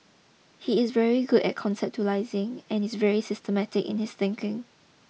he is very good at conceptualising and is very systematic in his thinking